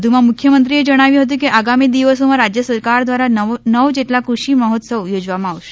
વધુમાંમુખ્યમંત્રીએ જણાવ્યું હતું કે આગામી દિવસોમાં રાજ્ય સરકાર દ્વારા નવ જેટલા કૃષિ મહોત્સવ યોજવામાં આવશે